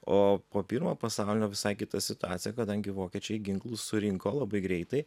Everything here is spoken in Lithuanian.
o po pirmo pasaulinio visai kita situacija kadangi vokiečiai ginklus surinko labai greitai